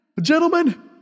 Gentlemen